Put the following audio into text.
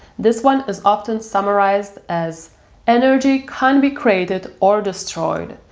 this one is often summarised as energy can't be created or destroyed,